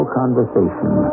conversation